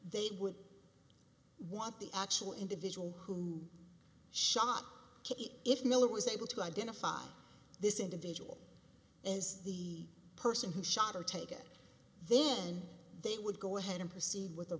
they would want the actual individual who shot if miller was able to identify this individual is the person who shot her take it then they would go ahead and proceed with a